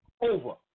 Over